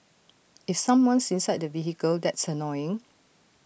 if someone's inside the vehicle that's annoying